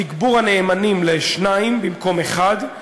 תגבור הנאמנים לשניים במקום אחד,